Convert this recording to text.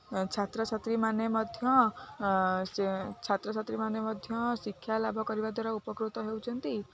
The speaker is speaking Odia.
ଛାତ୍ର ଛାତ୍ରୀମାନେ ମଧ୍ୟ ସେ ଛାତ୍ର ଛାତ୍ରୀମାନେ ମଧ୍ୟ ଶିକ୍ଷା ଲାଭ କରିବା ଦ୍ୱାରା ଉପକୃତ ହେଉଛନ୍ତି